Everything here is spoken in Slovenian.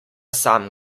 sam